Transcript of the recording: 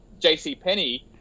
JCPenney